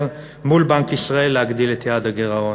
מול בנק ישראל להגדיל את יעד הגירעון.